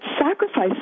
sacrifices